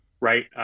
right